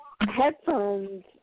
headphones